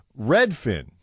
Redfin